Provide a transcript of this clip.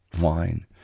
wine